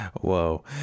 Whoa